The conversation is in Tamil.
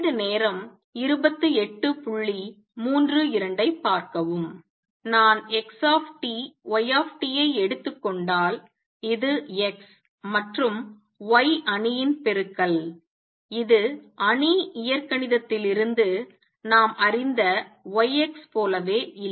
நான் x y ஐ எடுத்துக்கொண்டால் இது X மற்றும் Y அணியின் பெருக்கல் இது அணி இயற்கணிதத்திலிருந்து நாம் அறிந்த Y X போலவே இல்லை